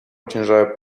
ociężałe